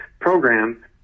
program